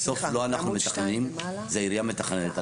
בסוף לא אנחנו מתכננים, זה העירייה מתכננת.